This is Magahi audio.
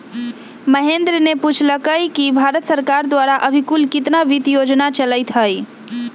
महेंद्र ने पूछल कई कि भारत सरकार द्वारा अभी कुल कितना वित्त योजना चलीत हई?